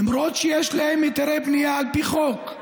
למרות שיש להם היתרי בנייה על פי חוק.